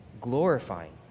glorifying